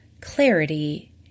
clarity